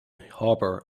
harbour